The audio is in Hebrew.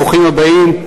ברוכים הבאים,